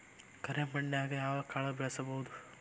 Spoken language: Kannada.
ಕರೆ ಮಣ್ಣನ್ಯಾಗ್ ಯಾವ ಕಾಳ ಬೆಳ್ಸಬೋದು?